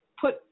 put